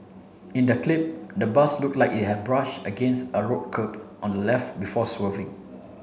in the clip the bus look like it had brush against a road curb on the left before swerving